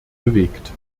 bewegt